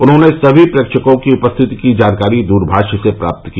उन्होंने सभी प्रेक्षकों की उपस्थिति की जानकारी द्रभाष से प्राप्त की